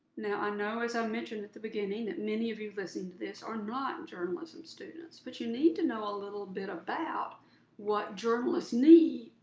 now i know as i mentioned at the beginning, that many of you listening to this are not journalism students, but you need to know a little bit about what journalists need.